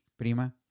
Prima